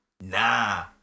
Nah